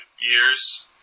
years